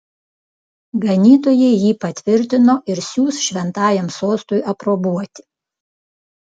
ganytojai jį patvirtino ir siųs šventajam sostui aprobuoti